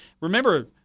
remember